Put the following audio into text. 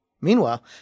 Meanwhile